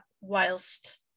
whilst